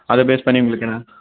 அதை பேஸ் பண்ணி உங்களுக்கு என்ன